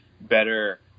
better